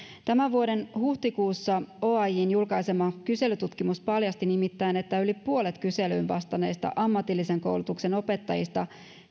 tämän vuoden huhtikuussa julkaisema kyselytutkimus paljasti nimittäin että yli puolet kyselyyn vastanneista ammatillisen koulutuksen opettajista